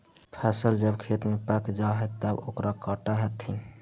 फसल जब खेत में पक जा हइ तब ओकरा काटऽ हथिन